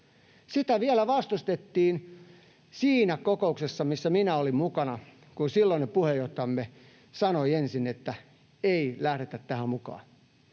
Sitä vielä vastustettiin siinä kokouksessa, missä minä olin mukana, kun silloinen puheenjohtajamme sanoi ensin, että ei lähdetä tähän mukaan,